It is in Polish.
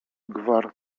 gwar